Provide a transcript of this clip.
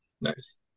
Nice